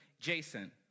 Jason